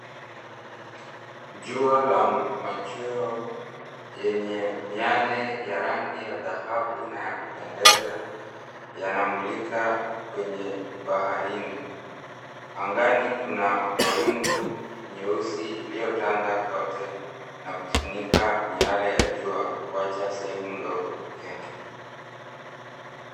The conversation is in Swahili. Jua la machweo lenye miale ya rangi ya dhahabu na ya kupendeza, yanamulika kwenye baharini. Angani kuna mawingu nyeusi iliyotanda kote na kufunika miale ya jua kuacha sehemu ndogo pekee.